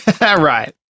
Right